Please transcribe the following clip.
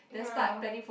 ya